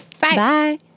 bye